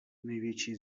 největší